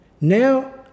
Now